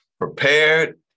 prepared